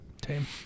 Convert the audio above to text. Tame